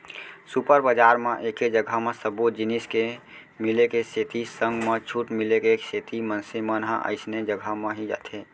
super बजार म एके जघा म सब्बो जिनिस के मिले के सेती संग म छूट मिले के सेती मनसे मन ह अइसने जघा म ही जाथे